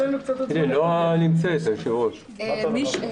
כפי שהיועצת המשפטית של הוועדה אמרה,